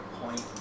point